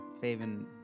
Faven